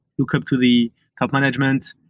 look up to the top management,